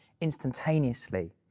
instantaneously